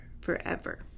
forever